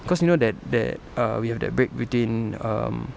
cause you know that that err we have that break routine um